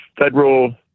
federal